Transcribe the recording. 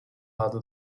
lado